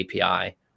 API